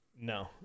No